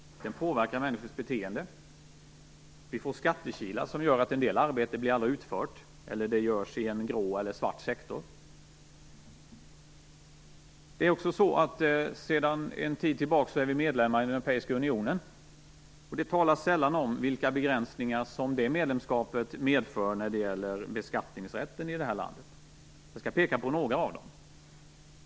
De påverkar människors beteende. Vi får skattekilar som gör att en del arbete aldrig blir utfört eller blir utfört i en grå eller svart sektor. Sedan en tid tillbaka är vi medlemmar i den europeiska unionen. Det talas sällan om vilka begränsningar som det medlemskapet medför när det gäller beskattningsrätten i det här landet. Jag skall peka på några av dem.